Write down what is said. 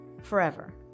forever